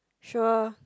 sure